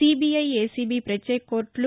CBI ACB ప్రత్యేక కోర్టులు